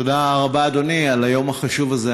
תודה רבה אדוני על היום החשוב הזה.